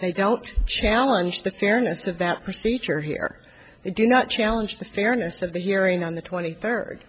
they don't challenge the fairness of that procedure here they do not challenge the fairness of the hearing on the twenty third